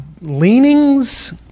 leanings